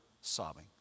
sobbing